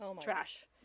trash